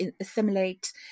assimilate